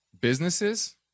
businesses